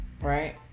right